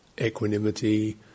equanimity